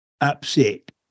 upset